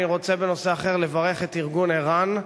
אני רוצה בנושא אחר לברך את ארגון ער"ן,